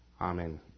Amen